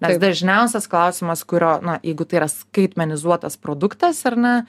nes dažniausias klausimas kurio na jeigu tai yra skaitmenizuotas produktas ar ne